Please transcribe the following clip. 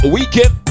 Weekend